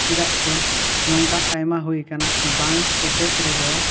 ᱪᱮᱫᱟᱜ ᱥᱮ ᱱᱚᱝᱠᱟ ᱟᱭᱢᱟ ᱦᱩᱭ ᱟᱠᱟᱱᱟ ᱵᱟᱝ ᱮᱴᱮᱫ ᱨᱮᱫᱚ